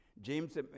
James